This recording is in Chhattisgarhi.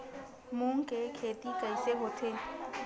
मूंग के खेती कइसे होथे?